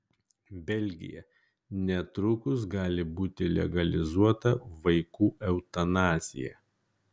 belgija netrukus gali būti legalizuota vaikų eutanazija